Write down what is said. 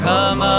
Come